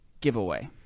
giveaway